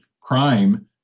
crime